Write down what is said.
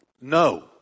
No